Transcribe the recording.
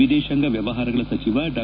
ವಿದೇಶಾಂಗ ವ್ಯವಹಾರಗಳ ಸಚಿವ ಡಾ